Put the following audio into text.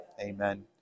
Amen